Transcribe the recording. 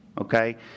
okay